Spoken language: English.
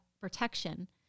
protection